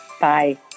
Bye